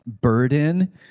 burden